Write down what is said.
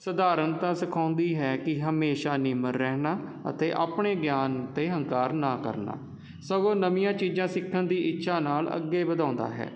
ਸਧਾਰਨਤਾ ਸਿਖਾਉਂਦੀ ਹੈ ਕਿ ਹਮੇਸ਼ਾ ਨਿਮਰ ਰਹਿਣਾ ਅਤੇ ਆਪਣੇ ਗਿਆਨ 'ਤੇ ਹੰਕਾਰ ਨਾ ਕਰਨਾ ਸਗੋਂ ਨਵੀਆਂ ਚੀਜ਼ਾਂ ਸਿੱਖਣ ਦੀ ਇੱਛਾ ਨਾਲ ਅੱਗੇ ਵਧਾਉਂਦਾ ਹੈ